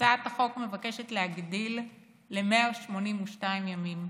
הצעת החוק מבקשת להגדיל ל-182 ימים.